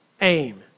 aim